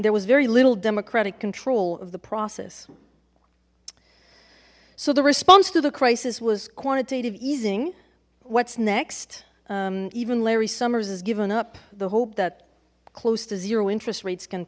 there was very little democratic control of the process so the response to the crisis was quantitative easing what's next even larry summers has given up the hope that close to zero interest rates can